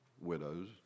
widows